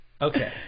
Okay